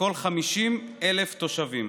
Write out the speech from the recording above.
לכל 50,000 תושבים.